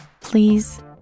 please